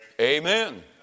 Amen